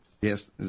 Yes